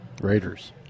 Raiders